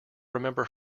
remember